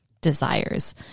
desires